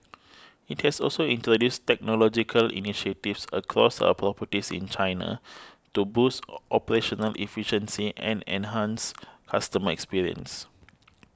it has also introduced technological initiatives across our properties in China to boost operational efficiency and enhance customer experience